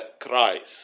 Christ